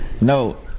no